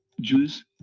Jews